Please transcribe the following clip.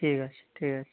ঠিক আছে ঠিক আছে